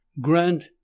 Grant